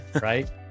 right